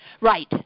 Right